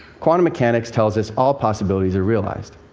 quantum mechanics tells us all possibilities are realized.